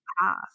path